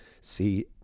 see